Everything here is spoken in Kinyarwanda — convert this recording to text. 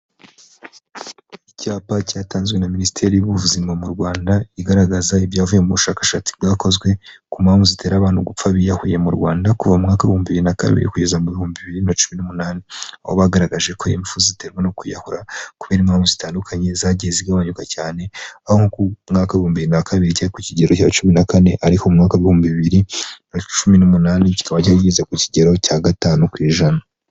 Icyapa cyatanzwe na Minisiteri y'ubuzima mu Rwanda igaragaza ibyavuye mu bushakashatsi bwakozwe ku mpamvu zitera abantu gupfa biyahuye mu Rwanda kuva mwaka bibiri na kabiri kugeza mu bihumbi bibiri na cumi n'umunani, aho bagaragaje kofu ziterwa no kwiyahura kubera impamvu zitandukanye zagiye zigabanuka cyane aho mwaka w'ibihumbi bibiri na kabiri ku kigero cya cumi na kane, ariko umwaka ibihumbi bibiri na cumi numunani kikaba cyageze ku kigero cya gatanu ku ijana.